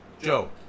Joe